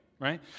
right